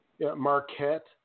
Marquette